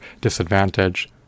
disadvantage